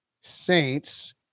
saints